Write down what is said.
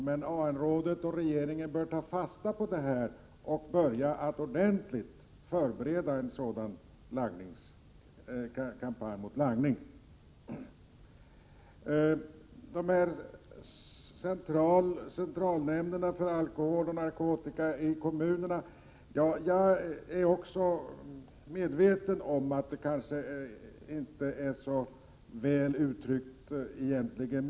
Men AN-rådet och regeringen bör ta fasta på detta och börja förbereda en sådan kampanj mot langning. När det gäller centralnämnderna i kommunerna som arbetar med alkoholoch narkotikafrågor är jag medveten om att man kanske inte har uttryckt betydelsen av dem så bra.